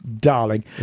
Darling